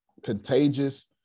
contagious